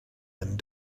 and